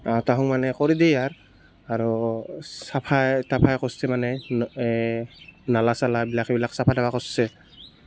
তাহো মানে কৰি দিয়ে আৰ আৰু চাফা তাফা কৰিছে মানে এই নালা চালাবিলাক সেইবিলাক চাফা তাফা কৰিছে